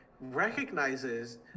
recognizes